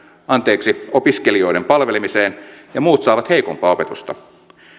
anteeksi opiskelijoiden palvelemiseen ja muut saavat heikompaa opetusta